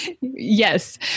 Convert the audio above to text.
yes